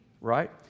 Right